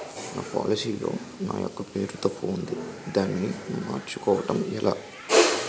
నా పోలసీ లో నా యెక్క పేరు తప్పు ఉంది దానిని మార్చు కోవటం ఎలా?